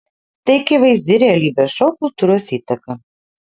tai akivaizdi realybės šou kultūros įtaka